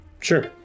Sure